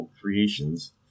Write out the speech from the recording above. creations